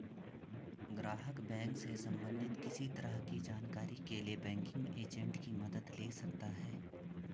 ग्राहक बैंक से सबंधित किसी तरह की जानकारी के लिए बैंकिंग एजेंट की मदद ले सकता है